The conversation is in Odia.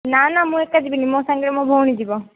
ନା ନା ମୁଁ ଏକା ଯିବିନି ମୋ ସାଙ୍ଗରେ ମୋ ଭଉଣୀ ଯିବ